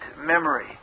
memory